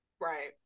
right